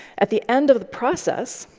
at the end of the process,